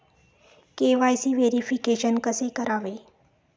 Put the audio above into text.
KYC verification कसे करावे?